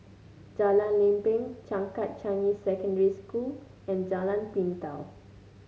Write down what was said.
Jalan Lempeng Changkat Changi Secondary School and Jalan Pintau